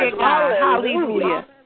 Hallelujah